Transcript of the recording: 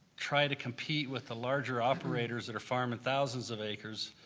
try to compete with the larger operators that are farming thousands of acres,